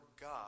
God